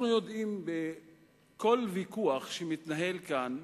אנחנו יודעים שבכל ויכוח שמתנהל כאן